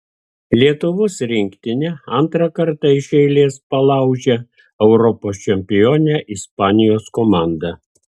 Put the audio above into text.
lietuvos rinktinė antrą kartą iš eilės palaužė europos čempionę ispanijos komandą